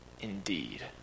indeed